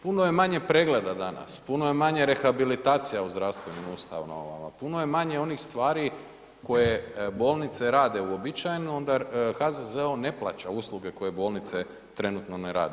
Puno je manje pregleda danas, puno manje rehabilitacija u zdravstvenim ustanovama, puno je manje onih stvari koje bolnice rade uobičajeno, onda HZZO ne plaća usluge koje bolnice trenutno ne rade.